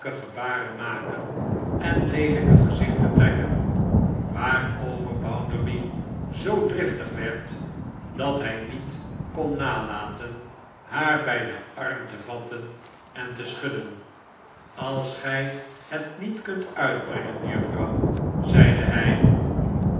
ebaren maken en leelijke gezichten trekkehwaarover bounderby zoo driftig werd dat hy niet kon nalaten haar bij den arm te yatten en te schudden als gij het niet kunt uitbrengen juffrouw zeide hij